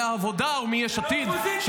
מהעבודה ומיש עתיד -- זו לא אופוזיציה,